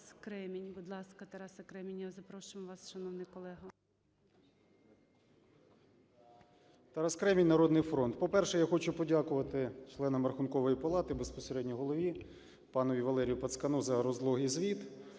Тарас Кремінь, "Народний фронт". По-перше, я хочу подякувати членам Рахункової палати, безпосередньо голові пану Валерію Пацкану за розлогий звіт.